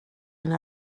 yna